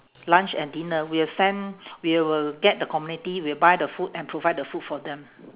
lunch and dinner we'll send we will get the community we'll buy the food and provide the food for them